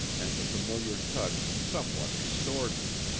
and the familiar touch somewhat restored me.